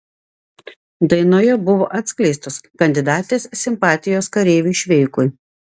dainoje buvo atskleistos kandidatės simpatijos kareiviui šveikui